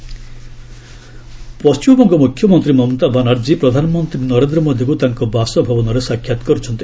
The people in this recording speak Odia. ପିଏମ୍ ମମତା ପଣ୍ଟିମବଙ୍ଗ ମ୍ରଖ୍ୟମନ୍ତ୍ରୀ ମମତା ବାନାର୍ଜୀ ପ୍ରଧାନମନ୍ତ୍ରୀ ନରେନ୍ଦ୍ର ମୋଦିଙ୍କୁ ତାଙ୍କ ବାସଭବନରେ ସାକ୍ଷାତ୍ କରିଛନ୍ତି